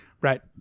Right